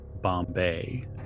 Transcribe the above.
Bombay